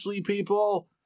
people